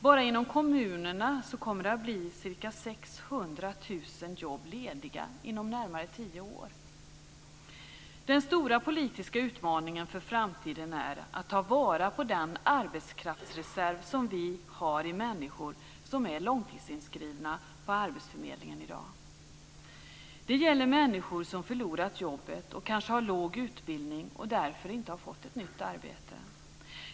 Bara inom kommunerna kommer det att bli ca Den stora politiska utmaningen för framtiden är att ta vara på den arbetskraftsreserv som vi har i människor som är långtidsinskrivna på arbetsförmedlingarna i dag. Det gäller människor som förlorat jobbet, som kanske har låg utbildning och därför inte har fått ett nytt arbete.